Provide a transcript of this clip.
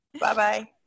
Bye-bye